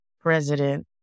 president